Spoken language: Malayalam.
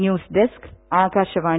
news desk Akashvani